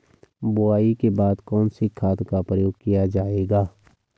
बुआई के बाद कौन से खाद का प्रयोग किया जायेगा?